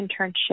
internship